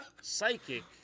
psychic